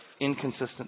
inconsistent